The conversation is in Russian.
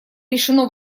решено